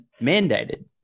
mandated